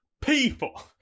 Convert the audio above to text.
people